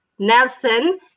nelson